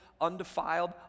undefiled